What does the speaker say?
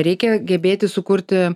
reikia gebėti sukurti